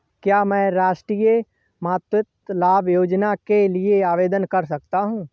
क्या मैं राष्ट्रीय मातृत्व लाभ योजना के लिए आवेदन कर सकता हूँ?